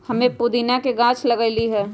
हम्मे पुदीना के गाछ लगईली है